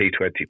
T20